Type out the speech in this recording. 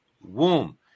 womb